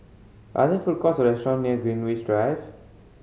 are there food courts or restaurant near Greenwich Drive